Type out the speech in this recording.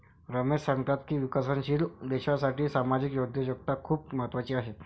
रमेश सांगतात की विकसनशील देशासाठी सामाजिक उद्योजकता खूप महत्त्वाची आहे